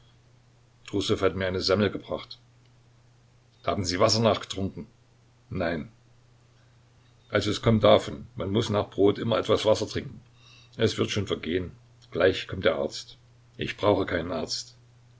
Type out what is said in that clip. trussow hat mir eine semmel gebracht haben sie wasser nachgetrunken nein also es kommt davon man muß nach brot immer etwas wasser trinken es wird schon vergehen gleich kommt der arzt ich brauche keinen arzt